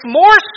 more